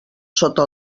sota